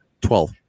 Twelve